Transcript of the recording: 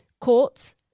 courts